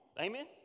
Amen